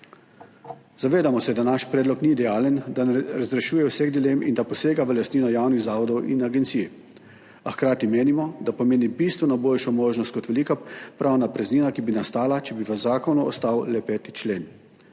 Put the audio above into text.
Zavedamo se, da naš predlog ni idealen, da ne razrešuje vseh dilem in da posega v lastnino javnih zavodov in agencij, a hkrati menimo, da pomeni bistveno boljšo možnost kot velika pravna praznina, ki bi nastala, če bi v zakonu ostal le 5. člen.